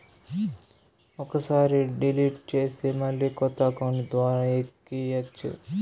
ఒక్కసారి డిలీట్ చేస్తే మళ్ళీ కొత్త అకౌంట్ ద్వారా ఎక్కియ్యచ్చు